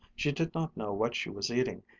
she did not know what she was eating,